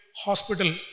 Hospital